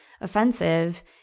offensive